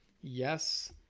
yes